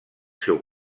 seu